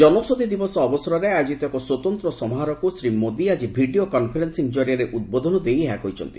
ଜନୌଷଧି ଦିବସ ଅବସରରେ ଆୟୋଜିତ ଏକ ସ୍ୱତନ୍ତ୍ର ସମାରୋହକ୍ତ ଶ୍ରୀ ମୋଦି ଆକି ଭିଡ଼ିଓ କନ୍ଫରେନିଂ କରିଆରେ ଉଦ୍ବୋଧନ ଦେଇ ଏହା କହିଛନ୍ତି